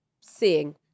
seeing